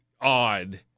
odd